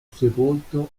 sepolto